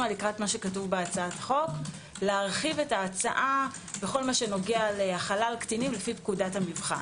לקראת להרחיב את ההצעה בכל הנוגע להחלה על קטינים לפי פקודת המבחן.